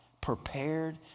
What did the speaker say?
prepared